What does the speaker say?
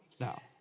now